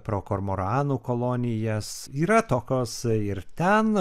pro kormoranų kolonijas yra tokios ir ten